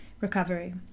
recovery